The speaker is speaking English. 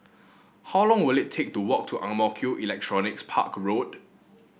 how long will it take to walk to Ang Mo Kio Electronics Park Road